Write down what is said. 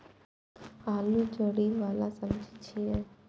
आलू जड़ि बला सब्जी छियै